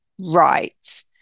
Right